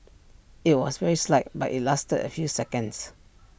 IT was very slight but IT lasted A few seconds